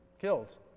killed